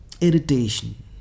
irritation